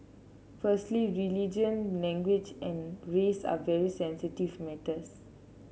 firstly religion language and race are very sensitive matters